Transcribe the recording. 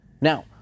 Now